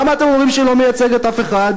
למה אתם אומרים שהיא לא מייצגת אף אחד?